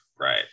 Right